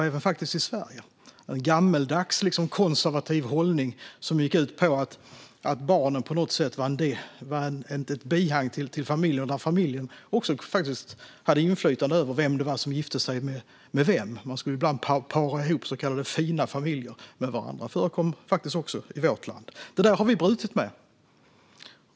Även i Sverige fanns faktiskt en gammaldags, konservativ hållning som gick ut på att barnen på något sätt var just ett bihang till familjen och där familjen också hade inflytande över vem som gifte sig med vem. Man skulle ibland para ihop så kallade fina familjer med varandra. Det förekom faktiskt också i vårt land. Detta har vi brutit med.